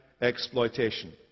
exploitation